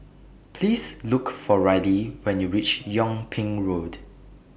Please Look For Rylee when YOU REACH Yung Ping Road